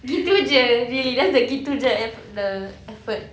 gitu jer really that's the gitu jer ef~ the effort